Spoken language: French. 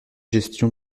gestion